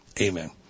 amen